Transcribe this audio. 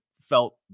felt